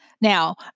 Now